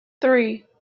three